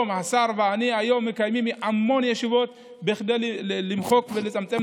השר ואני מקיימים המון ישיבות כדי למחוק ולצמצם